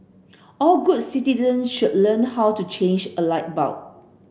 all good citizen should learn how to change a light bulb